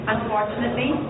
Unfortunately